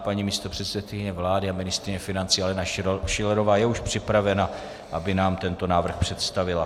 Paní místopředsedkyně vlády a ministryně financí Alena Schillerová je již připravena, aby nám tento návrh představila.